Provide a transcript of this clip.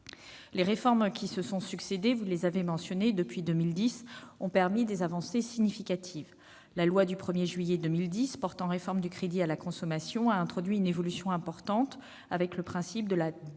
Les réformes qui se sont succédé depuis 2010 ont permis des avancées significatives. La loi du 1 juillet 2010 portant réforme du crédit à la consommation a introduit une évolution importante, avec le principe de la déliaison